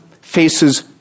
faces